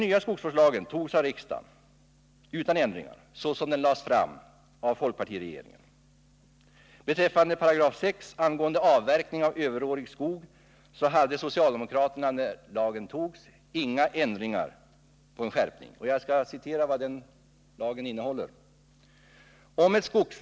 Vissa åtgärder på 8 P av överårig skog hade socialdemokraterna, då lagen antogs, inga förslag om politikens område ändringar eller om en skärpning.